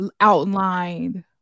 outlined